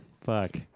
fuck